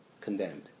Condemned